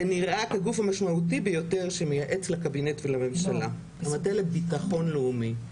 ונראה כגוף המשמעותי ביותר שמייעץ לקבינט ולממשלה הנותן ביטחון לאומי.